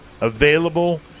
available